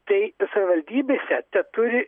tai savivaldybėse teturi